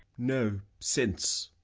no, since.